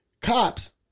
cops